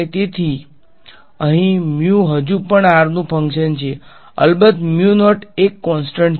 તેથી અહીં હજુ પણ r નું ફંકશન છે અલબત્ત એક કોનસંન્ટ છે